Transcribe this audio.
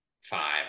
five